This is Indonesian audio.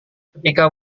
ketika